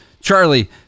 Charlie